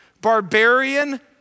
barbarian